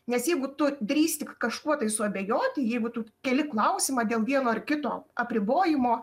nes jeigu tu drįsti kažkuo tai suabejoti jeigu tu keli klausimą dėl vieno ar kito apribojimo